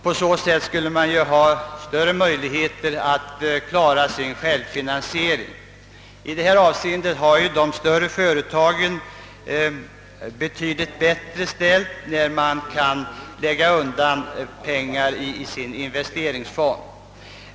På så sätt skulle man ha större möjlighet att klara sin självfinansiering. I detta avseende har de större företagen betydligt bättre ställt, då de kan lägga undan pengar i sina investeringsfonder.